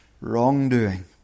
wrongdoing